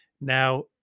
Now